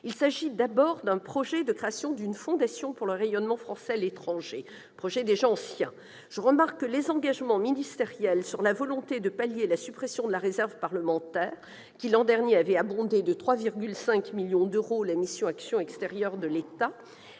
Il s'agit d'abord d'un projet de création d'une fondation pour le rayonnement français à l'étranger. C'est un projet déjà ancien. Je remarque que les engagements ministériels de pallier la suppression de la réserve parlementaire, qui avait abondé l'année dernière les crédits de la mission « Action extérieure de l'État